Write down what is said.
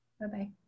Bye-bye